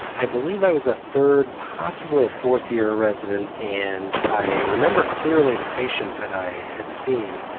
i believe i was a third, possibly a fourth year resident, and i remember clearly the patient that i had seen.